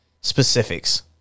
specifics